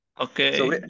Okay